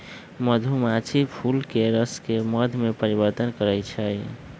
मधुमाछी फूलके रसके मध में परिवर्तन करछइ